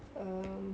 um